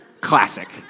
Classic